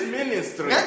ministry